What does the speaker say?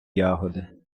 ягоди